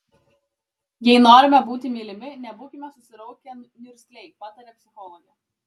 jei norime būti mylimi nebūkime susiraukę niurgzliai pataria psichologė